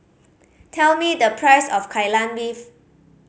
tell me the price of Kai Lan Beef